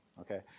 Okay